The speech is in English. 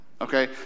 Okay